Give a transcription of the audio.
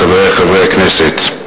חברי חברי הכנסת,